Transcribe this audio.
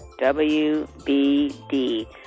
WBD